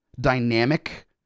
dynamic